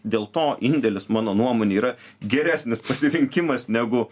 dėl to indėlis mano nuomonė yra geresnis pasirinkimas negu